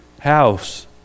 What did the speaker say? house